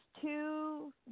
two